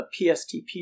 PSTP